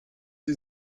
sie